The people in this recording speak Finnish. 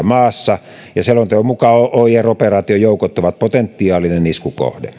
maassa ja selonteon mukaan oir operaatiojoukot ovat potentiaalinen iskukohde